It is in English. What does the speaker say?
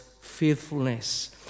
faithfulness